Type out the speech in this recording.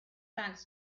bags